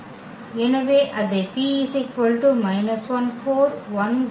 எனவே அதை மாற்றினால்